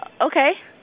Okay